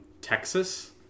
Texas